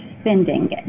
spending